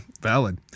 valid